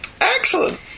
Excellent